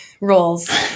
roles